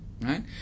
Right